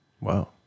Wow